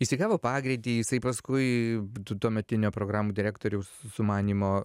jis įgavo pagreitį jisai paskui tuo tuometinio programų direktoriaus sumanymo